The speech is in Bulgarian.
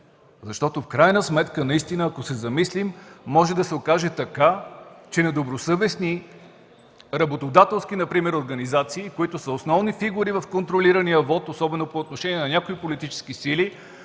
В крайна сметка наистина, ако се замислим, може да се окаже, че недобросъвестни например работодателски организации, които са основни фигури в контролирания вот, особено по отношение на някои политически сили,